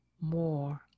more